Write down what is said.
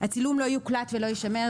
(3)הצילום לא יוקלט ולא יישמר,